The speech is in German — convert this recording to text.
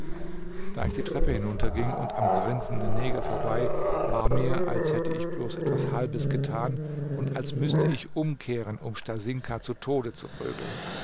da ich die treppe hinunterging und am grinsenden neger vorbei war mir als hätte ich bloß etwas halbes getan und als müßte ich umkehren um stasinka zu tode zu prügeln